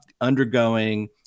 undergoing